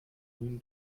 nun